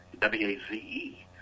W-A-Z-E